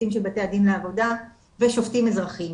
שופטים של בתי הדין לעבודה ושופטים אזרחיים,